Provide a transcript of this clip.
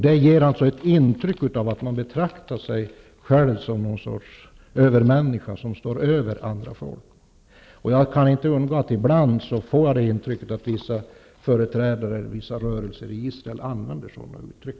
Det ger intryck av att man betraktar sig själv som ett slags övermänniska som står över andra. Ibland får jag intrycket att vissa företrädare för vissa rörelser i Israel använder sådana uttryck.